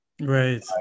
Right